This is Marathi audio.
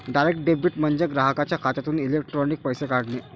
डायरेक्ट डेबिट म्हणजे ग्राहकाच्या खात्यातून इलेक्ट्रॉनिक पैसे काढणे